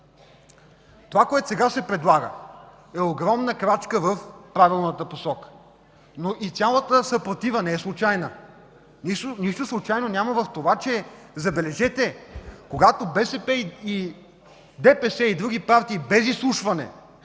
Това, което сега се предлага, е огромна крачка в правилната посока. И цялата съпротива обаче не е случайна. Нищо случайно няма в това! Забележете – когато БСП, ДПС и други партии без изслушване